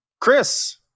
Chris